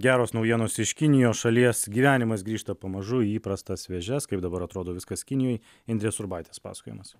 geros naujienos iš kinijos šalies gyvenimas grįžta pamažu į įprastas vėžes kaip dabar atrodo viskas kinijoj indrės urbaitės pasakojimas